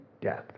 death